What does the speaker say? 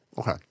Okay